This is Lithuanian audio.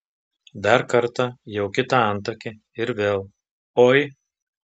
dar kartą jau kitą antakį ir vėl oi